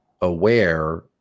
aware